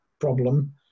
problem